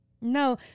No